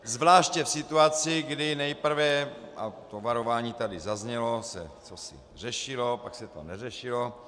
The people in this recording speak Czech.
Zvláště v situaci, kdy nejprve a to varování tady zaznělo se cosi řešilo, pak se to neřešilo.